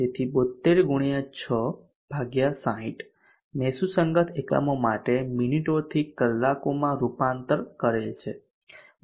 તેથી ૭૨ ગુણ્યા ૬ ભાગ્યા ૬૦ મેં સુસંગત એકમો માટે મિનિટોથી કલાકોમાં રૂપાંતર કરેલ છે ગુણ્યા 5